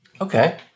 Okay